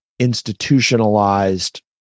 institutionalized